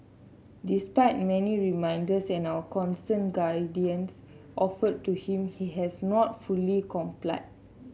despite many reminders and our constant guidance offered to him he has not fully complied